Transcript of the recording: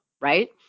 Right